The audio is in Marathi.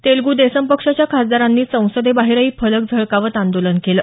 तेलग् देसम पक्षाच्या खासदारांनी संसदेबाहेरही फलक झळकावत आंदोलन केलं